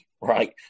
right